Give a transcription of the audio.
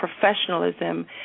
professionalism